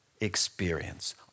experience